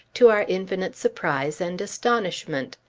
to our infinite surprise and astonishment.